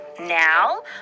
Now